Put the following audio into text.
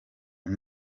com